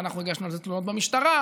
ואנחנו הגשנו על זה תלונות במשטרה.